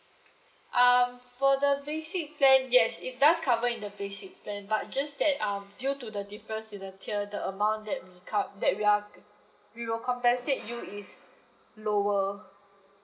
um for the basic plan yes it does cover in the basic plan but just that um due to the difference in the tier the amount that we cov~ that we are we will compensate you is lower